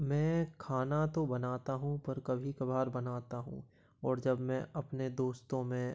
मैं खाना तो बनाता हूँ पर कभी कभार बनाता हूँ और जब मैं अपने दोस्तो में